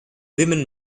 women